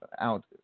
out